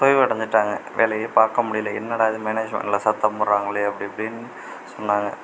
தோய்வடைஞ்சுட்டாங்க வேலையே பார்க்க முடியலை என்னடா இது மேனேஜ்மெண்ட்டுல சத்தம் போடுறாங்களே அப்படி இப்படின்னு சொன்னாங்க